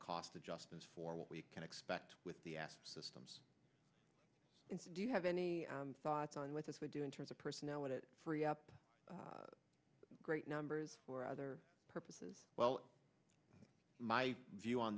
cost adjustments for what we can expect with the asp systems do you have any thoughts on with as they do in terms of personnel what it free up great numbers for other purposes well my view on